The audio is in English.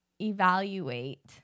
evaluate